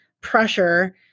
pressure